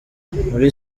muri